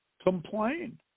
complain